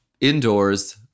Indoors